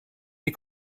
die